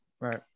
Right